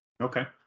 Okay